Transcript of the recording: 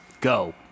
go